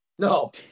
No